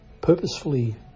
purposefully